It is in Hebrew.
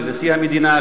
לנשיא המדינה,